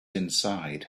inside